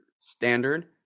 Standard